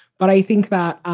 but i think that,